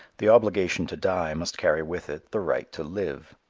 the obligation to die must carry with it the right to live.